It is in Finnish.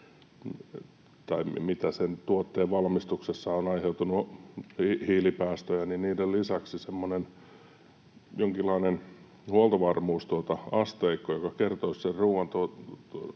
tai sen tuotteen valmistuksesta aiheutuneiden hiilipäästöjen lisäksi, jonkinlainen huoltovarmuusasteikko, joka kertoisi sen